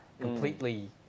completely